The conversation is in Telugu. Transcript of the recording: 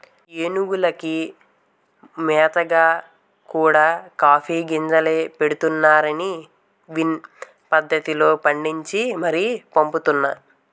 ఏనుగులకి మేతగా కూడా కాఫీ గింజలే ఎడతన్నారనీ క్విన్ పద్దతిలో పండించి మరీ పంపుతున్నా